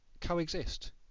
coexist